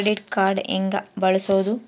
Credit card ಹೆಂಗ ಬಳಸೋದು?